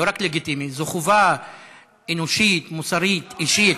לא רק לגיטימי, זאת חובה אנושית, מוסרית, אישית.